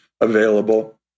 available